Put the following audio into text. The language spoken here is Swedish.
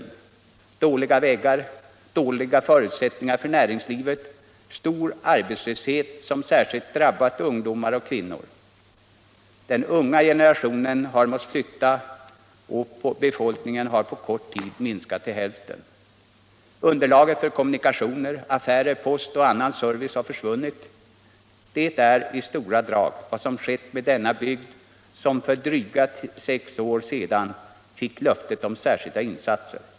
Här har man dåliga vägar, dåliga förutsättningar för näringslivet och stor arbetslöshet som särskilt drabbar ungdomar och kvinnor. Den unga generationen har måst flytta, och befolkningen har på kort tid minskat till hälften. Underlaget för kommunikationer, affärer, post och annan service har försvunnit. Det är i stora drag vad som skett med denna bygd, som för drygt sex år sedan fick löftet om särskilda insatser.